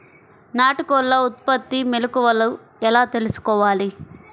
నాటుకోళ్ల ఉత్పత్తిలో మెలుకువలు ఎలా తెలుసుకోవాలి?